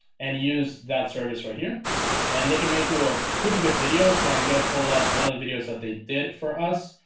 and use that service right here and they can make you a pretty good video so i'm gonna pull up one of the videos that they did for us.